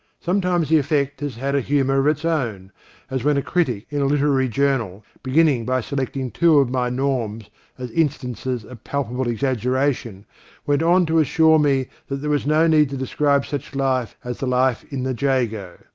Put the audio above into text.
sometimes the effect has had a humour of its own as when a critic in a literary journal, beginning by selecting two of my norms as instances of palpable exaggeration went on to assure me that there was no need to describe such life as the life in the jago,